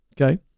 Okay